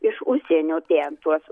iš užsienio ten tuos